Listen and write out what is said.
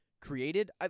created